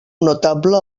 notable